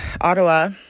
Ottawa